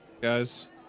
guys